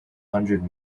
hundred